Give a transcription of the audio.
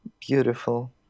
beautiful